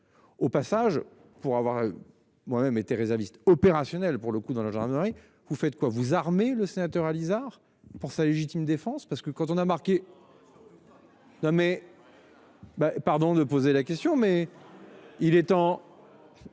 Au passage, pour avoir. Moi-même été réservistes opérationnels pour le coup dans la gendarmerie. Vous faites quoi vous armer le sénateur Alizart pour sa légitime défense parce que quand on a marqué. Ça ne veut pas. Nommé. Pardon de poser la question mais il est temps.